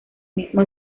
mismo